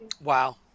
Wow